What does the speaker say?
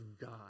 God